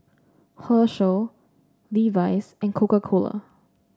Herschel Levi's and Coca Cola